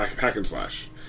hack-and-slash